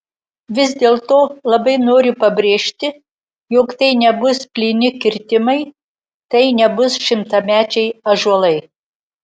vis dėlto labai noriu pabrėžti jog tai nebus plyni kirtimai tai nebus šimtamečiai ąžuolai